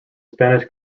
spanish